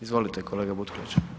Izvolite kolega Butković.